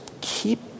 keep